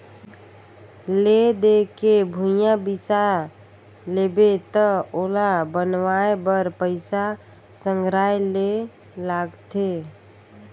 ले दे के भूंइया बिसा लेबे त ओला बनवाए बर पइसा संघराये ले लागथे